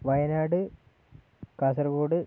Wayanad Kasaragod